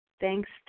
thanks